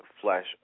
flesh